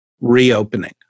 reopening